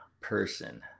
person